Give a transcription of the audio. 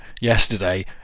yesterday